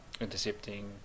intercepting